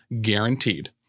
Guaranteed